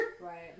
Right